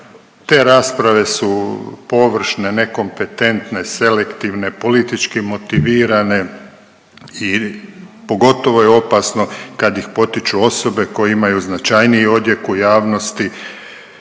te rasprave su površne, nekompetentne, selektivne, politički motivirane i pogotovo je opasno kad ih potiču osobe koje imaju značajniji odjek u javnosti,